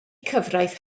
cyfraith